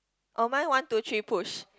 orh my one two three push